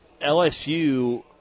LSU